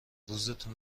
روزتون